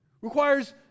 Requires